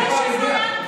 זה מה שחלמת,